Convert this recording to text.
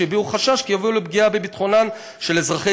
שהביעו חשש כי יביאו לפגיעה בביטחונם של אזרחי